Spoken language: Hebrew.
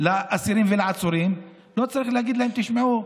לאסירים ולעצורים, לא צריך להגיד להם: תשמעו,